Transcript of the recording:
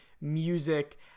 music